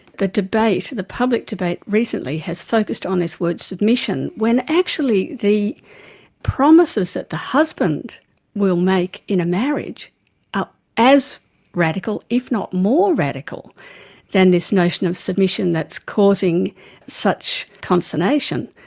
the debate, the public debate recently, has focused on this word submission when actually the promises that the husband will make in a marriage are as radical if not more radical than this notion of submission that's causing such consternation.